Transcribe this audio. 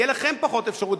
תהיה לכם פחות אפשרות.